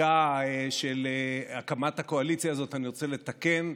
החקיקה של הקמת הקואליציה הזאת, אני רוצה לתקן: